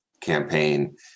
campaign